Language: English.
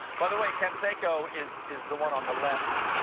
by the way, canseco is is the one on the left.